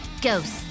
ghost